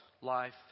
life